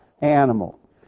animal